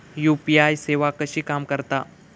UPI सेवा कशी काम करता?